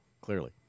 clearly